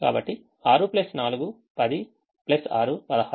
కాబట్టి 6 4 10 6 16